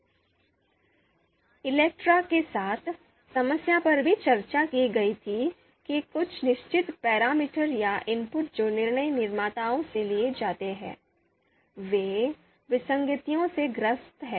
ELECTRE के साथ समस्या पर भी चर्चा की गई थी कि कुछ निश्चित पैरामीटर या इनपुट जो निर्णय निर्माताओं से लिए जाते हैं वे विसंगतियों से ग्रस्त हैं